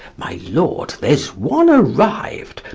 my lord, there's one arriv'd,